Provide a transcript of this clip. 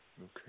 Okay